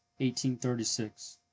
1836